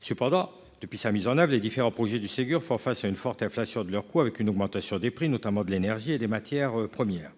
Cependant, depuis sa mise en oeuvre et les différents projets du Ségur font face à une forte inflation de leur coup avec une augmentation des prix, notamment de l'énergie et des matières premières.